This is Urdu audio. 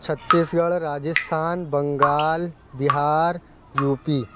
چھتیس گڑھ راجستھان بنگال بِہار یو پی